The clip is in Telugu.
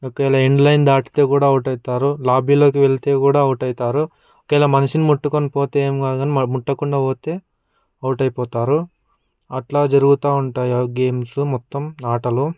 ఒకవేళ ఎండ్ లైన్ దాటితే కూడా అవుట్ అవుతారు లాబీలోకి వెళితే కూడా అవుట్ అవుతారు ఒకవేళ మనిషిని ముట్టుకొని పోతే ఎమి కాదుగాని మళ్ళ ముట్టకుండా పోతే అవుట్ అయిపోతారు అట్లా జరుగుతూ ఉంటాయి గేమ్స్ మొత్తం ఆటలు